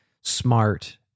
smart